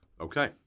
Okay